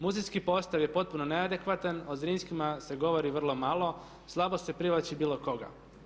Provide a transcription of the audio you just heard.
Muzejski postav je potpuno neadekvatan, o Zrinskima se govori vrlo malo, slabo se privlači bilo koga.